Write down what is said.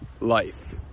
life